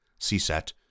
CSET